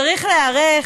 צריך להיערך,